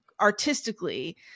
artistically